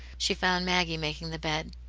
she found maggie making the bed.